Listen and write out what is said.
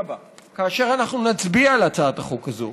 כאשר נצביע על הצעת החוק הזו,